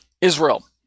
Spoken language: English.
Israel